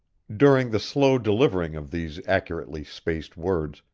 during the slow delivering of these accurately spaced words,